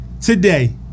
today